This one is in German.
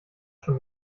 schon